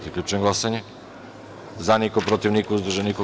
Zaključujem glasanje: za – niko, protiv – niko, uzdržanih – nema.